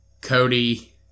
Cody